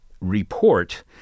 report